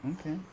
Okay